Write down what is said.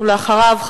ואחריו,